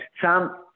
Sam